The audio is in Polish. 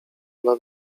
dla